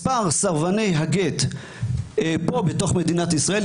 מספר סרבני הגט פה בתוך מדינת ישראל,